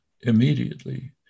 Immediately